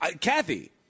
Kathy